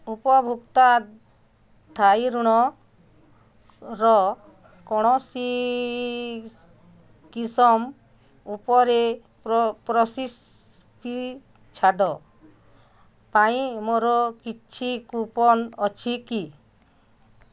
ଉପଭୋକ୍ତା ସ୍ଥାୟୀ ଋଣର କୌଣସି କିସମ ଉପରେ ପ୍ରୋସେସିଂ ଫି ଛାଡ଼ ପାଇଁ ମୋର କିଛି କୁପନ୍ ଅଛି କି